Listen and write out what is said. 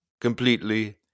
completely